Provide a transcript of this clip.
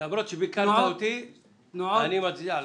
למרות שביקרת אותו אני מצדיע לך.